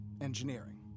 engineering